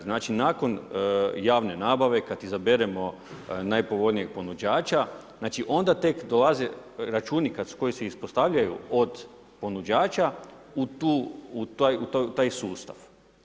Znači nakon javne nabave, kada izaberemo najpovoljnijeg ponuđača, znači onda tek dolaze računi koji se ispostavljaju od ponuđača, u taj sustav.